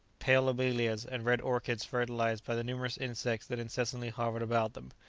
pale lobelias, and red orchids fertilized by the numerous insects that incessantly hovered about them.